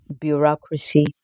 bureaucracy